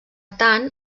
tant